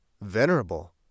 Venerable